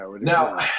Now